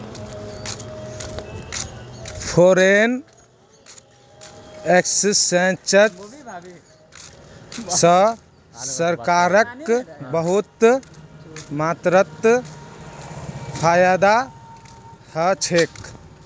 foreign exchange स सरकारक बहुत मात्रात फायदा ह छेक